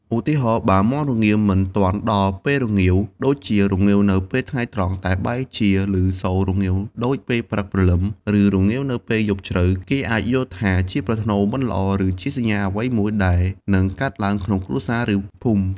ឧទាហរណ៍ បើមាន់រងាវមិនទាន់ដល់ពេលរងាវ ដូចជារងាវនៅពេលថ្ងៃត្រង់តែបែរជាលឺសូររងាវដូចពេលព្រឹកព្រលឹម ឬរងាវនៅពេលយប់ជ្រៅ គេអាចយល់ថាជាប្រផ្នូលមិនល្អ ឬជាសញ្ញាអ្វីមួយដែលនឹងកើតឡើងក្នុងគ្រួសារ ឬភូមិ។